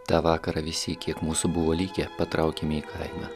tą vakarą visi kiek mūsų buvo likę patraukėme į kaimą